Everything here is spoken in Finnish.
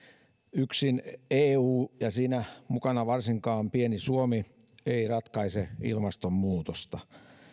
yksin eu ja varsinkaan pieni suomi siinä mukana eivät ratkaise ilmastonmuutosta